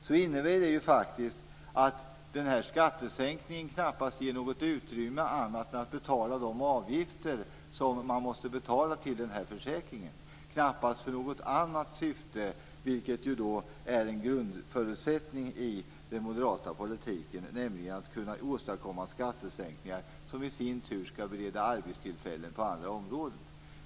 Då innebär det faktiskt att den här skattesänkningen knappast ger utrymme för något annat än att betala de avgifter som måste betalas till denna försäkring. En grundförutsättning i den moderata politiken är ju att man skall kunna åstadkomma skattesänkningar som i sin tur skall bereda arbetstillfällen på andra områden.